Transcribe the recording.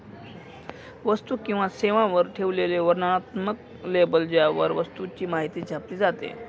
वस्तू किंवा सेवांवर ठेवलेले वर्णनात्मक लेबल ज्यावर वस्तूची माहिती छापली जाते